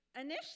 initially